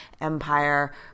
empire